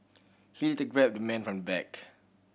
he later grabbed the man from the back